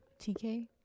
TK